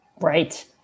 Right